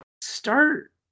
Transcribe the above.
start